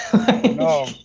No